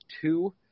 two